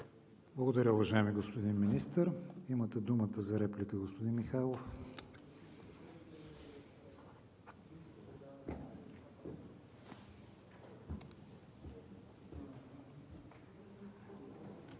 Благодаря Ви, уважаеми господин Министър. Имате думата за реплика, господин Михайлов.